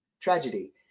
tragedy